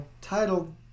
title